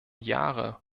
jahre